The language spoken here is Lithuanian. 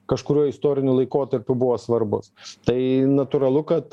kažkuriuo istoriniu laikotarpiu buvo svarbus tai natūralu kad